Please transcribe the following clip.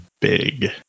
big